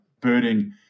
birding